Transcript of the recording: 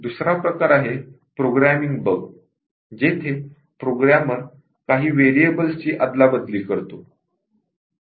दुसरा प्रकार आहे "प्रोग्रॅमिंग बग" जेथे प्रोग्रॅमर काही व्हेरिएबल्स ची अदलाबदली करतो